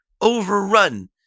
overrun